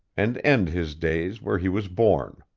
and end his days where he was born.